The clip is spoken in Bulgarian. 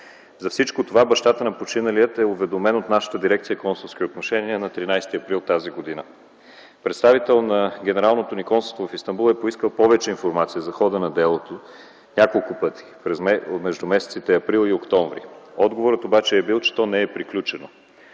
За всичко това бащата на починалия е уведомен от нашата дирекция „Консулски отношения” на 13 април т.г. Представител на Генералното ни консулство в Истанбул е искал повече информация за хода на делото няколко пъти между месеците април и октомври. Отговорът обаче е бил, че то не е приключило